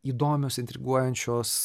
įdomios intriguojančios